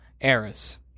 Eris